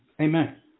Amen